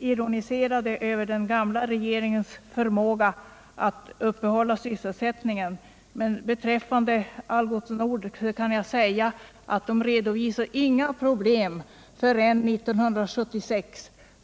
ironiserade över den gamla regeringens förmåga att uppehålla sysselsättningen. Men beträffande Algots Nord vill jag säga att företaget inte redovisade några problem förrän 1976.